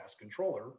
controller